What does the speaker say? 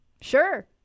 sure